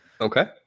Okay